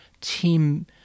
team